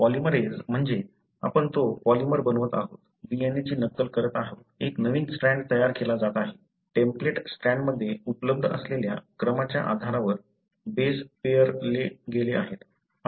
polymerase म्हणजे आपण तो पॉलिमर बनवत आहोत DNA ची नक्कल करत आहोत एक नवीन स्ट्रँड तयार केला जात आहे टेम्पलेट स्ट्रँडमध्ये उपलब्ध असलेल्या क्रमाच्या आधारावर बेस पेअरले गेले आहेत